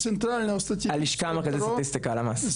הלשכה המרכזית לסטטיסטיקה, הלמ"ס,